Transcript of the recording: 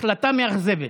החלטה מאכזבת.